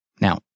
Now